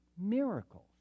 miracles